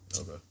Okay